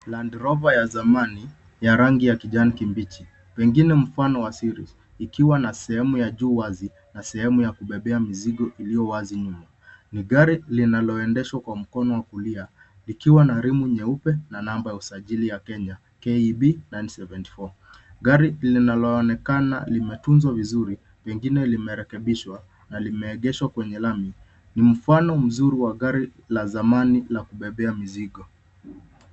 Land Rover ya zamani ya rangi ya kijani kibichi, pengine mali ya mtu binafsi. Ina sehemu ya juu iliyo wazi na sehemu ya kubebea mzigo iliyo wazi nyuma. Ni gari linaloendeshwa kwa mkono wa kulia. Lina rimu nyeupe na namba ya usajili ya Kenya, KEB-974. Gari linaloonekana limetunzwa vizuri. Pengine limekarabatiwa na limeletwa tena barabarani. Ni mfano mzuri wa gari la zamani la kubebea mzigo.